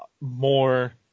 more